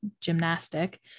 gymnastic